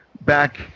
back